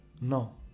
No